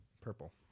Purple